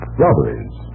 robberies